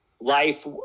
life